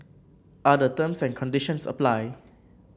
other terms and conditions apply